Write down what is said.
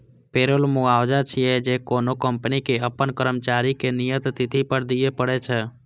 payroll मुआवजा छियै, जे कोनो कंपनी कें अपन कर्मचारी कें नियत तिथि पर दियै पड़ै छै